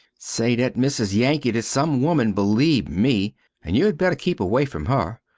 say that missis yankit is some woman beleeve me and you had better keep away from her,